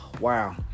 wow